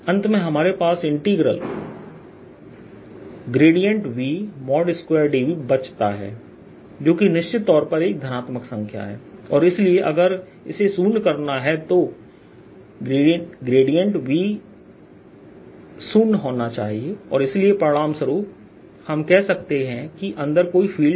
अंत में हमारे पास V2dV बचता है जो कि निश्चित तौर पर एक धनात्मक संख्या है और इसलिए अगर इसे शून्य करना है तो V होना शून्य होना चाहिए और इसलिए परिणाम स्वरूप हम कह सकते हैं कि अंदर कोई फील्ड नहीं है